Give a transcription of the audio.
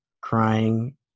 crying